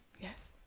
Yes